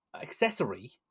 accessory